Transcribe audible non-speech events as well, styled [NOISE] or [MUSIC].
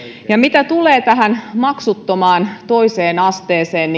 mitä tulee tähän maksuttomaan toiseen asteeseen [UNINTELLIGIBLE]